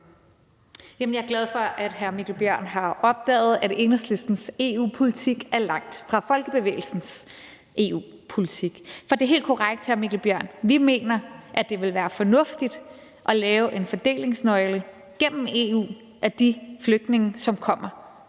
jeg er glad for, at hr. Mikkel Bjørn har opdaget, at Enhedslistens EU-politik er langt fra Folkebevægelsens EU-politik. For det er helt korrekt, hr. Mikkel Bjørn, at vi mener, at det vil være fornuftigt at lave en fordelingsnøgle gennem EU for de flygtninge, som kommer